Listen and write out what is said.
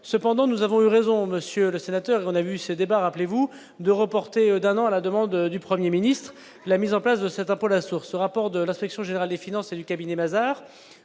cependant, nous avons eu raison monsieur le sénateur, on a eu ce débat, rappelez-vous de reporter d'un an à la demande du 1er ministre la mise en place de cet impôt la sur ce rapport de l'Inspection générale des finances et du cabinet Mazars